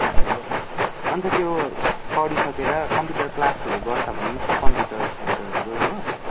अन्त त्यो पढिसकेर कम्प्युटर क्लासहरू गर्छ भने पनि छ कम्प्युटर सेन्टरहरू हो